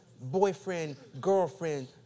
boyfriend-girlfriend